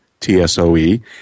tsoe